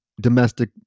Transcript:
domestic